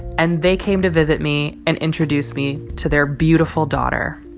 and they came to visit me and introduced me to their beautiful daughter.